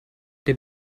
der